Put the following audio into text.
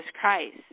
Christ